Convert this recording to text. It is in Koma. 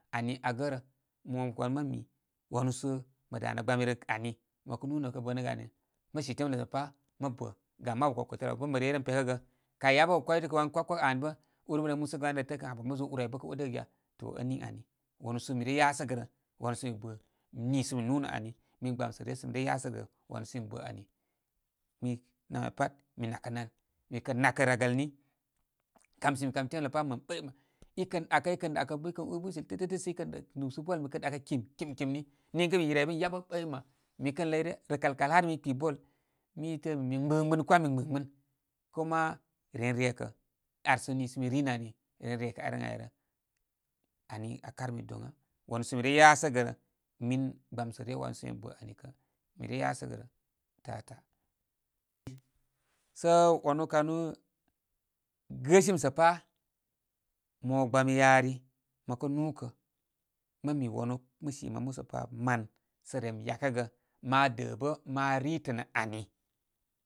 Ani aa gaturunrə. Mo gbami mə' mi wanu sə, mə danə gbami rə ani, mə kə nū mə kə bə nə gə ani, mə sitemp səl pa mə bə gam mabu kaw kətələ aw bə' mə rey ren pekəgə. Kay ya bə' kə kway də kwan kwakwak aa ni bə' ūr bə' ren lūūsə pa' da təə ən ah mə zo ūr ay bə kə odəgə ge za. To ən niŋ ani. Wanu so mi re yasə gərə wanu. So mi bə nii sə mi nūnə ani min gbansə rə ryə sə mi bə' ani. Mi namya pat mi nakə nan. Mi kən nakə ragəl ni kasimi kantemlə pa i kən lūūsə ball mi kən doakə, kim, kim, kim, ni niŋkə' mi yiri ai bə min yabə boəyma mi kən ləy ryə. Rəkal ha mi kpi ball min təə min mi, gbiplusgbiplusn kuma mi gbiplusgbiplusn. Kuma ren rekə arsə min sə mi ri nə ai ren rekə arən airə. Ani aa karmi doŋa wnu so mi re yasə gə min min gbamsə re wanu sə mi bə' ani kə' mi re yasəgərə tata. Sə wanu kanu gəsimi sə pabar. Mo gbami, yari, mə kə nūkə, mə mi wanu mə si man musə pa man. Sə rem yakəgə ma də' bə' ritənə ani.